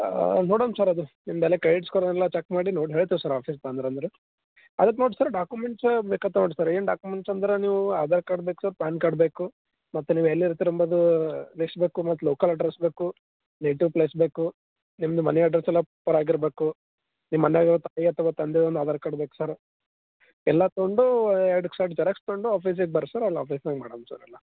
ಹಾಂ ನೋಡೋಣ ಸರ್ ಅದು ನಿಮ್ಮ ಮೇಲೆ ಕೈ ಈಸ್ಕೊಂಡು ಎಲ್ಲ ಚೆಕ್ ಮಾಡಿ ನೋಡಿ ಹೇಳ್ತೀವಿ ಸರ್ ಆಫೀಸ್ಗೆ ಬಂದೀರೆಂದ್ರೆ ಅದಕ್ಕೆ ನೋಡಿ ಸರ್ ಡಾಕ್ಯುಮೆಂಟ್ಸ್ ಬೇಕಾಗ್ತವೆ ನೋಡಿರಿ ಸರ್ ಏನು ಡಾಕ್ಯುಮೆಂಟ್ಸ್ ಅಂದ್ರೆ ನೀವೂ ಆಧಾರ್ ಕಾರ್ಡ್ ಬೇಕು ಸರ್ ಪಾನ್ ಕಾರ್ಡ್ ಬೇಕು ಮತ್ತೆ ನೀವು ಎಲ್ಲಿ ಇರ್ತೀರಿ ಎಂಬುದೂ ತಿಳಿಸ್ಬೇಕು ಮತ್ತು ಲೋಕಲ್ ಅಡ್ರೆಸ್ ಬೇಕು ನೇಟಿವ್ ಪ್ಲೇಸ್ ಬೇಕು ನಿಮ್ಮದು ಮನೆ ಅಡ್ರೆಸ್ ಎಲ್ಲ ಪಾರಾಗಿರ್ಬೇಕು ನಿಮ್ಮ ಮನೆ ತಾಯಿ ಅಥವಾ ತಂದೆ ಒಂದು ಆಧಾರ್ ಕಾರ್ಡ್ ಬೇಕು ಸರ್ ಎಲ್ಲ ತೊಗೊಂಡು ಎರ್ಡು ಸೆಟ್ ಜೆರಾಕ್ಸ್ ತಂದು ಆಫೀಸ್ಗೆ ಬರ್ರಿ ಸರ್ ಅಲ್ಲಿ ಆಫೀಸ್ನಾಗ ಮಾಡೋಣ ಸರ್ ಎಲ್ಲ